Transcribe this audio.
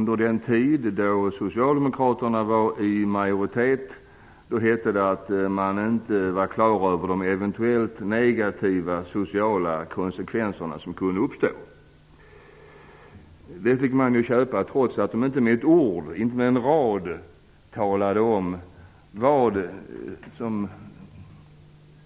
Medan socialdemokraterna var i majoritet hette det att man inte var klar över de eventuella negativa sociala konsekvenser som kunde uppstå. Det fick man köpa trots att regeringen inte med ett ord, inte med en rad talade om vad